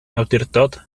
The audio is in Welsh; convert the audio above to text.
awdurdod